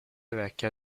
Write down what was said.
vecchia